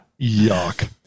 Yuck